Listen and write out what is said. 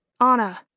Anna